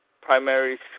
Primary